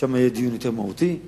שם יהיה דיון מהותי יותר.